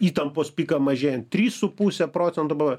įtampos piką mažėjant trys su puse procento bvp